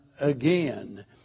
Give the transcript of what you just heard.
again